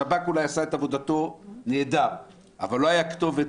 השב"כ אולי עשה את עבודתו נהדר אבל לא הייתה כתובת.